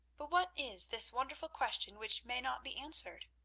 but what is this wonderful question which may not be answered?